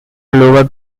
lower